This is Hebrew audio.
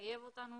במחייב אותנו